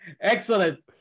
Excellent